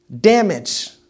damage